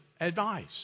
advice